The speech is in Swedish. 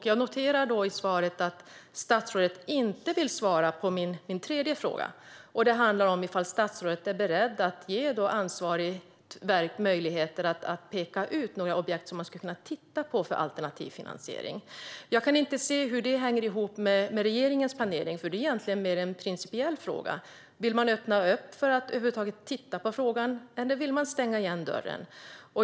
Jag noterar att statsrådet inte vill svara på min tredje fråga, som handlar om ifall statsrådet är beredd att ge ansvarigt verk möjligheter att peka ut några objekt där man skulle kunna titta på alternativ finansiering. Jag kan inte se hur det hänger ihop med regeringens planering. Det är egentligen mer av en principiell fråga. Vill man öppna för att över huvud taget titta på frågan, eller vill man stänga dörren?